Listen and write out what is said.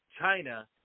China